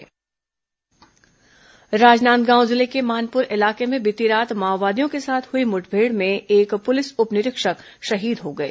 मुठभेड़ जवान शहीद राजनांदगांव जिले के मानपुर इलाके में बीती रात माओवादियों के साथ हुई मुठभेड़ में एक पुलिस उप निरीक्षक शहीद हो गए